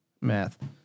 Math